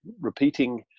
repeating